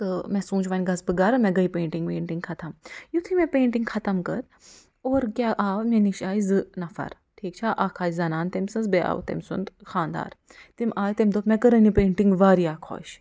تہٕ مےٚ سوٗنٛچ وۅنۍ گژھٕ بہٕ گَرٕ مےٚ گٔے پینٛٹِنٛگ ویٚنٹِنگ ختم یِتھُے مےٚ پینٛٹِنٛگ ختم کٔر اورٕ کیٛاہ آو مےٚ نِش آیہِ زٕ نفر ٹھیٖک چھا اَکھ آیہِ زنان تٔمۍ سٕنٛز بیٚیہِ آو تٔمۍ سُنٛد خانٛدار تِم آیہِ تٔمۍ دوٚپ مےٚ کٔرٕنۍ یہِ پینٛٹِنٛگ واریاہ خۄش